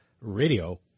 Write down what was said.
Radio